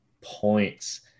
points